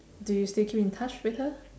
do you still keep in touch with her